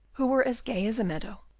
who were as gay as a meadow,